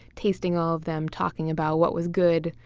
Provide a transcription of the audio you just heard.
tasting all of them, talking about what was good,